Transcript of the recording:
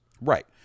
Right